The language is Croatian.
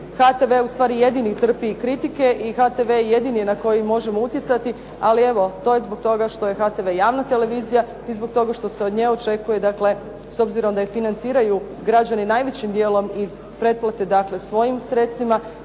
HTV ustvari jedini trpi kritike i HTV je jedini na koji možemo utjecati, ali evo to je zbog toga što je HTV javna televizija i zbog toga što se od nje očekuje, dakle s obzirom da je financiraju građani najvećim dijelom iz pretplate dakle svojim sredstvima,